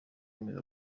amezi